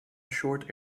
short